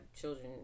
children